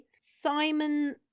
Simon